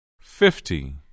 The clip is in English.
fifty